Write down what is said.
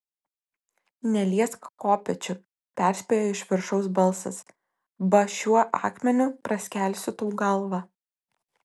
neliesk kopėčių perspėjo iš viršaus balsas ba šiuo akmeniu praskelsiu tau galvą